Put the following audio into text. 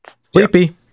Sleepy